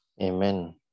Amen